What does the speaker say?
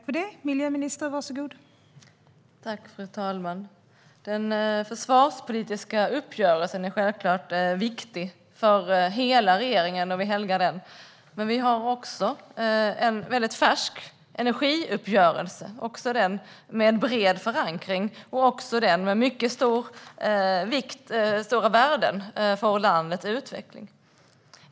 Fru talman! Den försvarspolitiska uppgörelsen är självklart viktig för hela regeringen, och vi helgar den. Men vi har också en väldigt färsk energiuppgörelse, också den med en bred förankring och med mycket stora värden för landets utveckling.